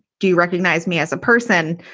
do you recognize me as a person?